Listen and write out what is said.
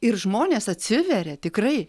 ir žmonės atsiveria tikrai